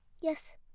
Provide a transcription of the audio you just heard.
Yes